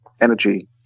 energy